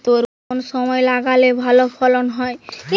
তরমুজ কোন সময় লাগালে ভালো ফলন হয়?